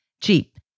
cheap